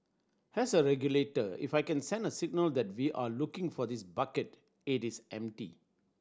as a regulator if I can send a signal that we are looking for this bucket it is empty